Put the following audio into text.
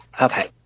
Okay